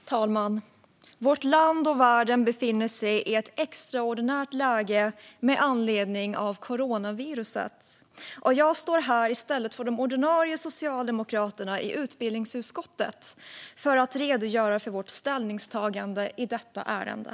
Fru talman! Vårt land och världen befinner sig i ett extraordinärt läge med anledning av coronaviruset, och jag står här i stället för de ordinarie socialdemokraterna i utbildningsutskottet för att redogöra för vårt ställningstagande i detta ärende.